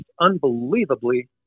unbelievably